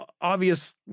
obvious